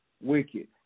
wicked